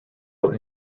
out